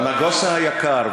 נגוסה היקר,